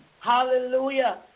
Hallelujah